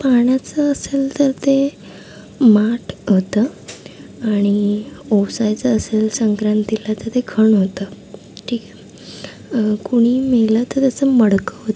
पाण्याचं असेल तर ते माठ होतं आणि ओसायचं असेल संक्रांतीला तर ते खण होतं ठीक आहे कुणी मेलं तर त्याचं मडकं होतं